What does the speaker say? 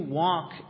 walk